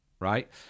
right